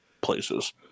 places